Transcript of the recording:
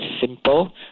simple